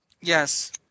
Yes